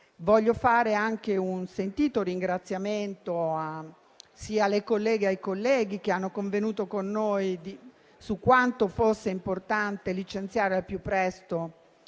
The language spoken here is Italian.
Voglio fare anche un sentito ringraziamento alle colleghe e ai colleghi che hanno convenuto con noi su quanto fosse importante licenziare al più presto